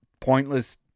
pointless